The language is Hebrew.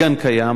הגן קיים,